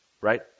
right